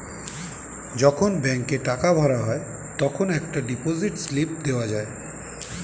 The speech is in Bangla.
যখন ব্যাংকে টাকা ভরা হয় তখন একটা ডিপোজিট স্লিপ দেওয়া যায়